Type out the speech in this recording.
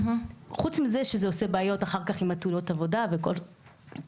חוץ מזה שזה עושה בעיות אחר כך עם התאונות העבודה וכל זה.